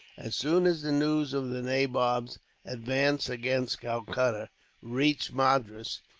as soon as the news of the nabob's advance against calcutta reached madras,